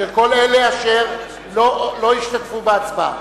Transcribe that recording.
שמות כל אלה אשר לא השתתפו בהצבעה.